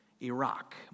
Iraq